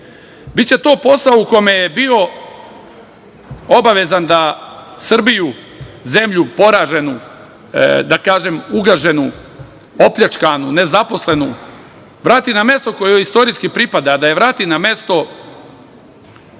to posao u kome je bio obavezan da Srbiju, zemlju poraženu, da kažem, ugaženu, opljačkanu, nezaposlenu, vrati na mesto kojoj joj istorijski pripada, da je vrati na mesto